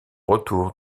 retour